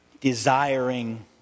desiring